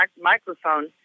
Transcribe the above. microphone